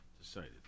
decided